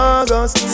August